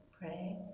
pray